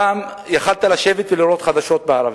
יכולת לשבת ולראות חדשות בערבית.